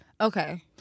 okay